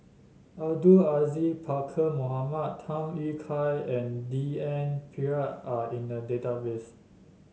Abdul Aziz Pakkeer Mohamed Tham Yui Kai and D N Pritt are in the database